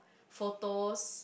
photos